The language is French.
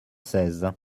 seize